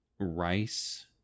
rice